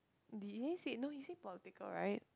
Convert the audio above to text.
did they said no he say political right